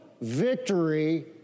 victory